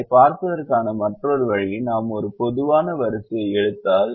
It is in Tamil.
அதைப் பார்ப்பதற்கான மற்றொரு வழி நாம் ஒரு பொதுவான வரிசையை எடுத்தால்